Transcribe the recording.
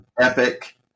epic